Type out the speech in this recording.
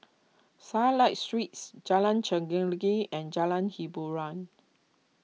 Starlight Suites Jalan Chelagi and Jalan Hiboran